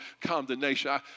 condemnation